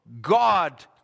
God